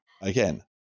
again